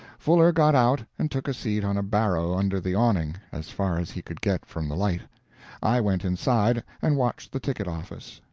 fuller got out and took a seat on a barrow under the awning, as far as he could get from the light i went inside, and watched the ticket-office.